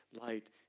light